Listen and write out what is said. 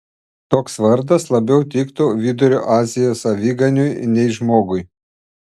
toks vardas labiau tiktų vidurio azijos aviganiui nei žmogui